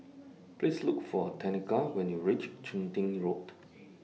Please Look For Tenika when YOU REACH Chun Tin Road